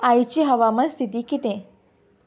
आयची हवामान स्थिती कितें